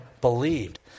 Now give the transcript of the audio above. believed